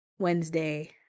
Wednesday